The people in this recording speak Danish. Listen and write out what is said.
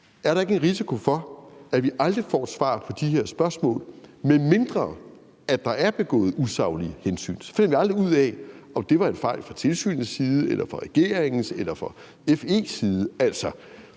om der ikke er en risiko for, at vi aldrig får svar på de her spørgsmål. Medmindre der er begået usaglige hensyn, finder vi aldrig ud af, om det var en fejl fra tilsynets side, fra regeringens side eller fra FE's side.